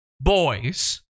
boys